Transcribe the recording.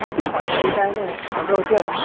हो सर थालीपीठ आहे ना ऑर्डर होती आपली